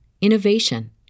innovation